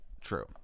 true